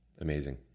amazing